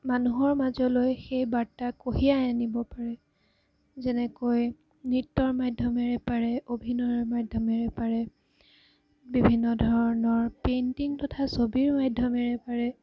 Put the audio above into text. মানুহৰ মাজলৈ সেই বাৰ্তা কঢ়িয়াই আনিব পাৰে যেনেকৈ নৃত্যৰ মাধ্যমেৰে পাৰে অভিনয়ৰ মাধ্যমেৰে পাৰে বিভিন্ন ধৰণৰ পেইণ্টিং তথা ছবিৰ মাধ্যমেৰে পাৰে